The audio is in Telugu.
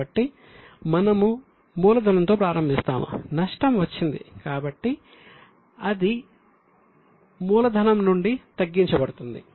కాబట్టి మనము మూలధనంతో ప్రారంభిస్తాము నష్టం వచ్చింది కాబట్టి అది మూలధనం నుండి తగ్గించబడుతుంది